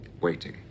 waiting